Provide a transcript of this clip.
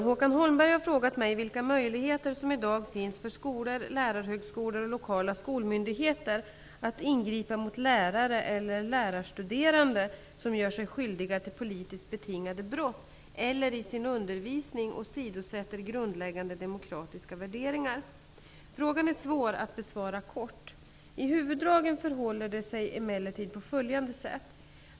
Håkan Holmberg har frågat mig vilka möjligheter som i dag finns för skolor, lärarhögskolor och lokala skolmyndigheter att ingripa mot lärare eller lärarstuderande som gör sig skyldiga till politiskt betingade brott eller i sin undervisning åsidosätter grundläggande demokratiska värderingar. Frågan är svår att besvara kort. I huvuddragen förhåller det sig emellertid på följande sätt.